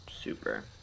Super